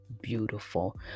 beautiful